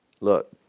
Look